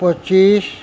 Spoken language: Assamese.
পঁচিছ